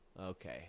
Okay